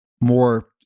more